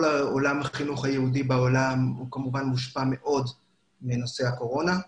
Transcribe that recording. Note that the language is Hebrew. החינוך היהודי בעולם כמובן מושפע מאוד מנושא הקורונה,